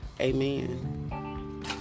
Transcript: Amen